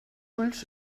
ulls